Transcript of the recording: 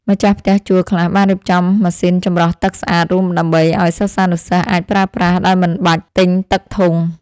ម្ចាស់ផ្ទះជួលខ្លះបានរៀបចំម៉ាស៊ីនចម្រោះទឹកស្អាតរួមដើម្បីឱ្យសិស្សានុសិស្សអាចប្រើប្រាស់ដោយមិនបាច់ទិញទឹកធុង។